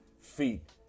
feet